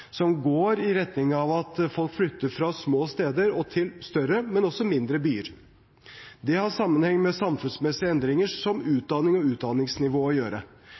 som går i retning av at folk flytter fra små steder til større, men også til mindre byer. Det har sammenheng med samfunnsmessige endringer som utdanning og utdanningsnivået å gjøre.